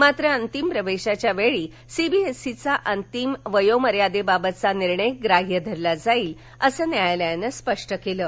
मात्र अंतिम प्रवेशाच्या वेळी सीबीएसईचा अंतिम वयोमर्यादेबाबतचा निर्णय ग्राह्य धरला जाईल असंही न्यायालयानं स्पष्ट केलं आहे